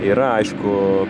ir aišku